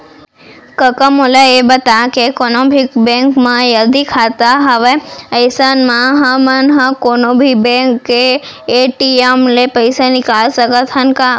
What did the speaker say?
कका मोला ये बता के कोनों भी बेंक म यदि खाता हवय अइसन म हमन ह कोनों भी बेंक के ए.टी.एम ले पइसा निकाल सकत हन का?